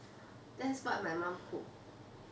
that's what my mum cook